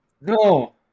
No